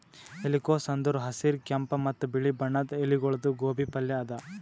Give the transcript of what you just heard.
ಎಲಿಕೋಸ್ ಅಂದುರ್ ಹಸಿರ್, ಕೆಂಪ ಮತ್ತ ಬಿಳಿ ಬಣ್ಣದ ಎಲಿಗೊಳ್ದು ಗೋಬಿ ಪಲ್ಯ ಅದಾ